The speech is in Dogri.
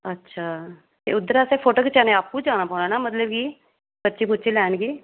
अच्छा ते उद्धर असें फोटो खचाने आपूं जाना पौना मतलब कि पर्ची पूर्ची लैन बी